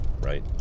right